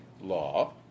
law